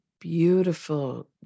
beautiful